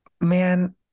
man